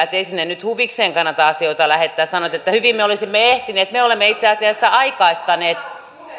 että ei sinne nyt huvikseen kannata asioita lähettää sanoitte että hyvin me olisimme ehtineet me me olemme itse asiassa aikaistaneet